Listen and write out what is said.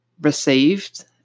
received